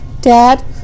Dad